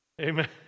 amen